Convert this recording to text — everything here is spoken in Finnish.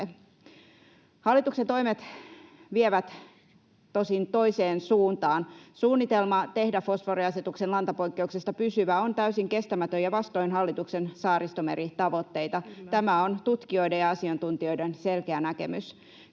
Hallituksen toimet vievät tosin toiseen suuntaan. Suunnitelma tehdä fosforiasetuksen lantapoikkeuksesta pysyvä on täysin kestämätön ja vastoin hallituksen Saaristomeri-tavoitteita. Tämä on tutkijoiden ja asiantuntijoiden selkeä näkemys.